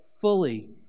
fully